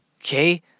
Okay